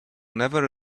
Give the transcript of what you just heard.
never